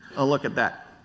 ah look at that.